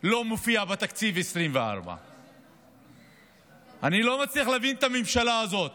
לא מופיע בתקציב 2024. אני לא מצליח להבין את הממשלה הזאת,